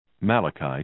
Malachi